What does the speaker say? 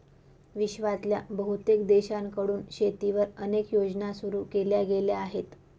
विश्वातल्या बहुतेक देशांकडून शेतीवर अनेक योजना सुरू केल्या गेल्या आहेत